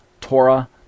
Torah